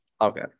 Okay